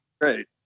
great